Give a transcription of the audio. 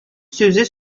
сүзе